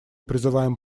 призываем